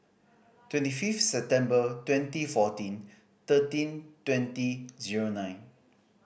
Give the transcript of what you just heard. twenty fifth September twenty fourteen thirteen twenty zero nine